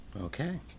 Okay